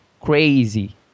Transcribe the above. crazy